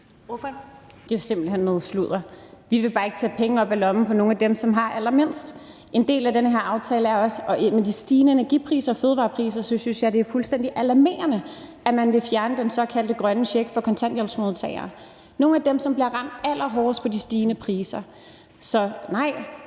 Det er simpelt hen noget sludder. Vi vil bare ikke tage penge op af lommen på nogle af dem, som har allermindst. Med de stigende energipriser og fødevarepriser synes jeg, det er fuldstændig alarmerende, at man vil fjerne den såkaldte grønne check fra kontanthjælpsmodtagere – nogle af dem, som bliver ramt allerhårdest af de stigende priser. Så nej,